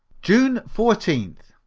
june fourteenth.